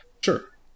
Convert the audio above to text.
sure